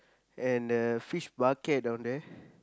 and the fish bucket down there